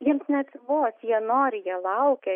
jiems neatsibos jie nori jie laukia